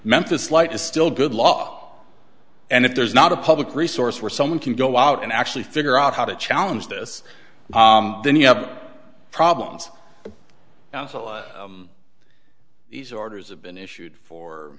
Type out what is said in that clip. memphis light is still good law and if there's not a public resource where someone can go out and actually figure out how to challenge this then you have problems now these orders have been issued for